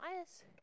eyes